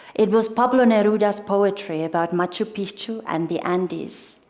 it was pablo neruda's poetry about machu picchu and the andes.